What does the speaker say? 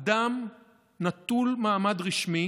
אדם נטול מעמד רשמי